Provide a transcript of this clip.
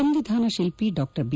ಸಂವಿಧಾನ ಶಿಲ್ಪಿ Dr B